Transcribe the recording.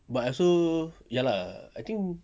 but also ya lah I think